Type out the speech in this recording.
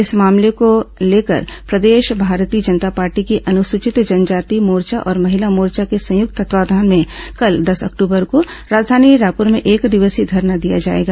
इस मामले को लेकर प्रदेश भारतीय जनता पार्टी की अनुसूचित जनजाति मोर्चा और महिला मोर्चा के संयुक्त तत्वावधान में कल दस अक्टूबर को राजधानी रायपुर में एकदिवसीय धरना दिया जाएगा